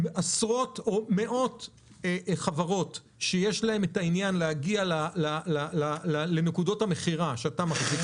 עשרות או מאות חברות שיש להן עניין להגיע לנקודות המכירה שאתה מחזיק